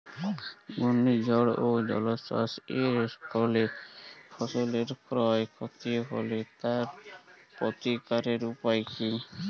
ঘূর্ণিঝড় ও জলোচ্ছ্বাস এর ফলে ফসলের ক্ষয় ক্ষতি হলে তার প্রতিকারের উপায় কী?